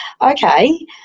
Okay